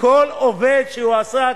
לכל עובד שהועסק,